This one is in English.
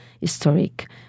historic